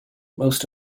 most